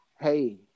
hey